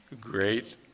Great